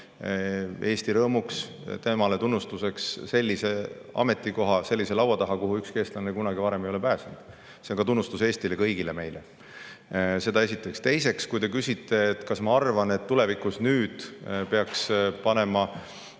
Eesti rõõmuks ja temale tunnustuseks sellise ametikoha sellise laua taha, kuhu ükski eestlane kunagi varem ei ole pääsenud. See on tunnustus ka Eestile, kõigile meile. Seda esiteks. Teiseks, kui te küsite, kas ma arvan, et tulevikus peaks eeskätt